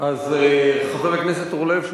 חבר הכנסת אורלב,